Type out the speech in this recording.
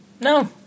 No